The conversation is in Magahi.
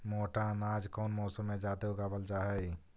मोटा अनाज कौन मौसम में जादे उगावल जा हई?